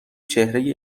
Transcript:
چهره